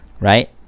Right